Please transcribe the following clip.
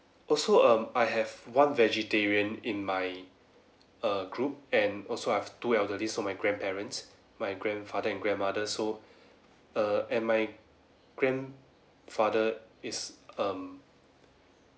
also um I have one vegetarian in my err group and also I've two elderlies who are my grandparents my grandfather and grandmother so err and my grandfather is um